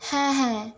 হ্যাঁ হ্যাঁ